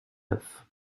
neuf